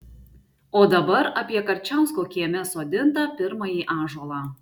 o dabar apie karčiausko kieme sodintą pirmąjį ąžuolą